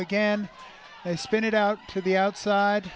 again i spin it out to the outside